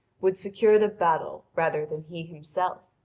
would secure the battle rather than he himself,